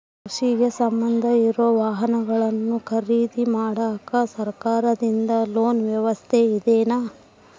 ಕೃಷಿಗೆ ಸಂಬಂಧ ಇರೊ ವಾಹನಗಳನ್ನು ಖರೇದಿ ಮಾಡಾಕ ಸರಕಾರದಿಂದ ಲೋನ್ ವ್ಯವಸ್ಥೆ ಇದೆನಾ?